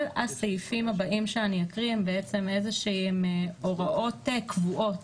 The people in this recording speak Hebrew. כל הסעיפים הבאים שאקריא, הם בעצם הוראות קבועות.